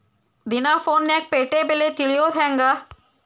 ದಿನಾ ಫೋನ್ಯಾಗ್ ಪೇಟೆ ಬೆಲೆ ತಿಳಿಯೋದ್ ಹೆಂಗ್?